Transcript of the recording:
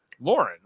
Lauren